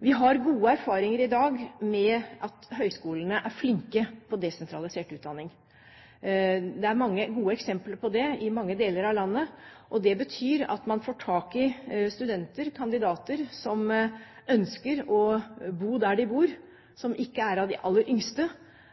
Vi har gode erfaringer i dag med at høyskolene er flinke på desentralisert utdanning. Det er mange gode eksempler på det i mange deler av landet, og det betyr at man får tak i studenter, kandidater, som ønsker å bo der de bor, som ikke er av de aller yngste,